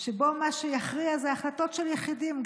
שבו מה שיכריע זה החלטות של יחידים.